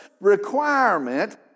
requirement